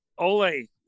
ole